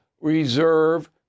reserve